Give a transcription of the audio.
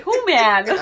Who-man